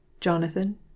Jonathan